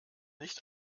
nicht